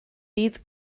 bydd